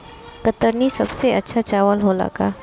कतरनी सबसे अच्छा चावल होला का?